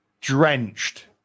drenched